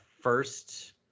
first